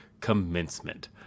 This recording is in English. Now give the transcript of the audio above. commencement